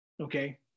okay